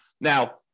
Now